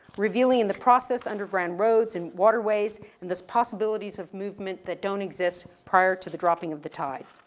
revealing in the process underground roads and waterways and there's possibilities of movement that don't exist prior to the dropping of the tide.